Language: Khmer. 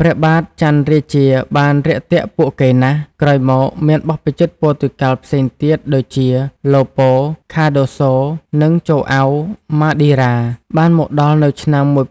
ព្រះបាទចន្ទរាជាបានរាក់ទាក់ពួកគេណាស់ ក្រោយមក មានបព្វជិតព័រទុយហ្គាល់ផ្សេងទៀតដូចជា ឡូប៉ូ ខាដូសូ និង ចូអៅ ម៉ាឌីរ៉ា បានមកដល់នៅឆ្នាំ ១៥៧